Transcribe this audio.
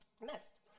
next